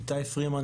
איתי פרימן,